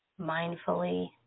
mindfully